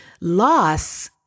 loss